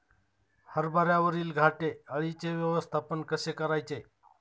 हरभऱ्यावरील घाटे अळीचे व्यवस्थापन कसे करायचे?